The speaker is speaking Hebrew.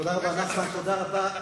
תודה רבה, נחמן, תודה רבה.